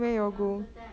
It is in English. then after that